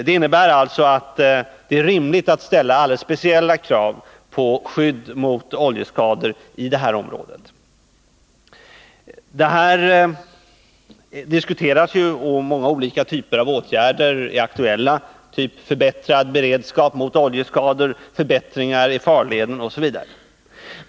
Det innebär att det är rimligt att ställa alldeles speciella krav på skydd mot oljeskador i området. Frågan är ju föremål för diskussion, och många olika typer av åtgärder är aktuella, exempelvis förbättrad beredskap mot oljeskador, förbättringar av farleden osv.